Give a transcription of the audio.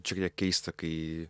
šiek tiek keista kai